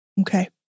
Okay